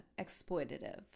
exploitative